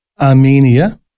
Armenia